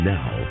Now